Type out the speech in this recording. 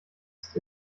ist